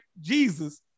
Jesus